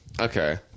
okay